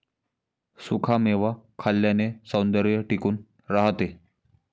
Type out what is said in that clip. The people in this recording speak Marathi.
सुखा मेवा खाल्ल्याने सौंदर्य टिकून राहते